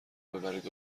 ببرید